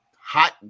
hot